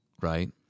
right